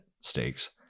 stakes